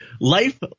life